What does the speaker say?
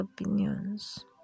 opinions